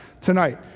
tonight